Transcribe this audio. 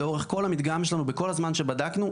לאורך כל המדגם שלנו בכל הזמן שבדקנו,